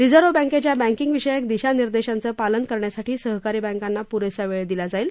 reserve बँकेच्या banking विषयक दिशानिर्देशांचे पालन करण्यासाठी सहकारी बँकांना पुरेसा वेळ दिला जाईल